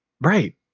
Right